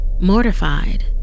Mortified